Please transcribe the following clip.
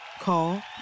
Call